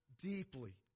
deeply